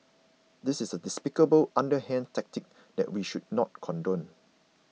this is a despicable underhand tactic that we should not condone